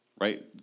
right